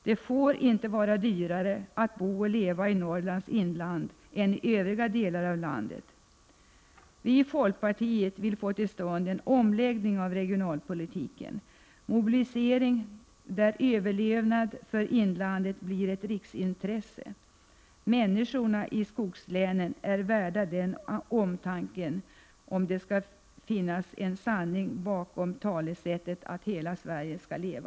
Det får inte vara dyrare att bo och leva i Norrlands inland än i övriga delar av landet. Vi i folkpartiet vill få till stånd en omläggning av regionalpolitiken. Vi vill ha en mobilisering, där inlandets överlevnad blir ett riksintresse. Människorna i skogslänen är värda den omtanken. Det är vad som behövs för att visa att det finns någon sanning bakom talet om att hela Sverige skall leva.